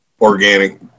organic